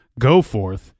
Goforth